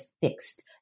fixed